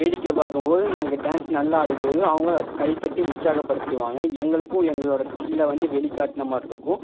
வேடிக்கை பார்க்கும்போது நாங்கள் டான்ஸ் நல்லா ஆடும்போது அவங்க கைத்தட்டி உற்சாகப்படுத்துவாங்க எங்களுக்கும் எங்களோடய ஸ்கில்லை வந்து வெளிக்காட்டின மாதிரி இருக்கும்